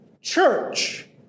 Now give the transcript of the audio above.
church